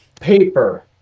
paper